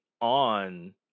on